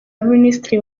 abaminisitiri